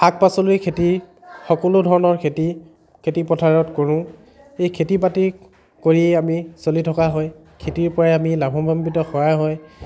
শাক পাচলিৰ খেতি সকলো ধৰণৰ খেতি খেতি পথাৰত কৰোঁ এই খেতি বাতি কৰিয়েই আমি চলি থকা হয় খেতিৰ পৰাই আমি লাভৱান্বিত কৰা হয়